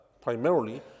primarily